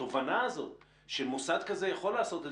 התובנה הזאת שמוסד כזה יכול לעשות את